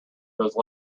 those